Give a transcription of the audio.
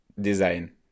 Design